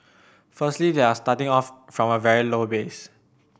firstly they are starting off from a very low base